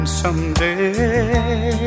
someday